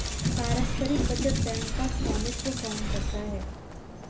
पारस्परिक बचत बैंक का स्वामित्व कौन करता है?